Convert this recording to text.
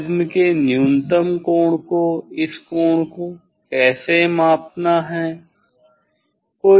prism के न्यूनतम कोण को इस कोण कैसे मापना है